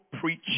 preach